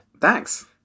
Thanks